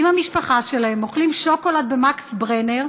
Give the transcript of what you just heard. עם המשפחה שלהם, אוכלים שוקולד ב"מקס ברנר",